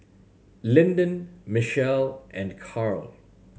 Linden Michele and Carl